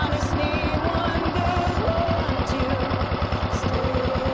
um just need one good one to stay